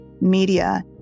media